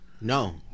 No